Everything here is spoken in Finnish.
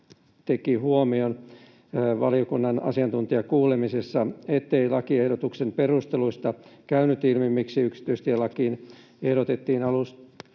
teki valiokunnan asiantuntijakuulemisessa huomion, ettei lakiehdotuksen perusteluista käynyt ilmi, miksi aikaisemmin yksityistielakiin ehdotettiin pakottavaa